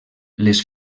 les